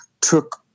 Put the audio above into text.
took